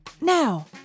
Now